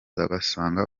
bagasanga